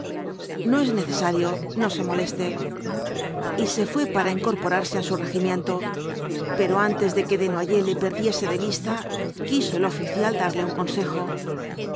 no es necesario no se moleste y se fué para incorporarse á su regimiento pero antes de que desnoyers le perdiese de vista quiso el oficial darle un consejo